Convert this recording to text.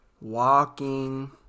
walking